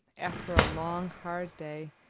after a long, hard day,